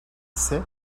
ise